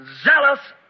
zealous